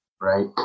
Right